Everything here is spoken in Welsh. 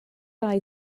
rai